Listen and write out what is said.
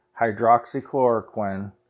hydroxychloroquine